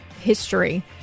history